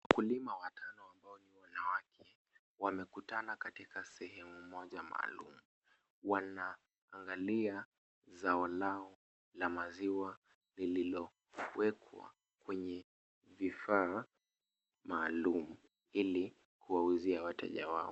Wakulima watano ambao ni wanawake wamekutana katika sehemu moja maalum. Wanaangalia zao lao la maziwa lililowekwa kwenye vifaa maalum ili kuwauzia wateja wao.